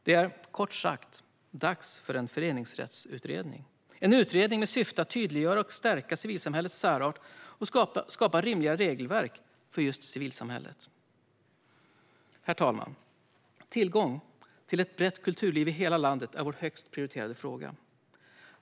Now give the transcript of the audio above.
Det är kort sagt dags för en föreningsrättsutredning, en utredning med syfte att tydliggöra och stärka civilsamhällets särart och skapa rimliga regelverk för civilsamhället. Herr talman! Tillgång till ett brett kulturliv i hela landet är vår högst prioriterade fråga.